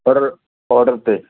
ਪਰ ਆਰਡਰ 'ਤੇ